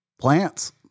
plants